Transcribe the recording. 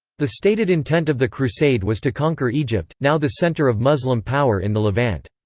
the stated intent of the crusade was to conquer egypt, now the centre of muslim power in the levant.